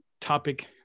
topic